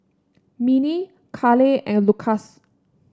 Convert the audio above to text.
Minnie Carlyle and Lukas